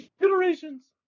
generations